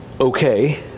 okay